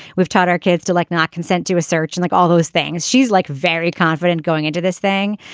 we've taught our kids to like not consent to a search and like all those things she's like very confident going into this thing.